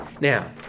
Now